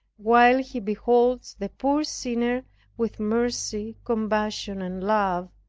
while he beholds the poor sinner with mercy, compassion and love,